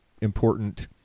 important